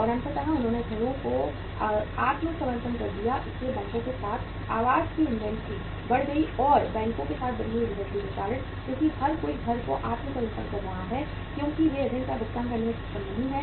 और अंततः उन्होंने घरों को आत्मसमर्पण कर दिया इसलिए बैंकों के साथ आवास की इन्वेंट्री बढ़ गई और बैंकों के साथ बढ़ी हुई इन्वेंट्री के कारण क्योंकि हर कोई घर को आत्मसमर्पण कर रहा है क्योंकि वे ऋण का भुगतान करने में सक्षम नहीं हैं